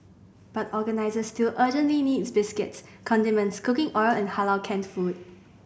but organisers still urgently need biscuits condiments cooking oil and Halal canned food